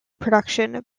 production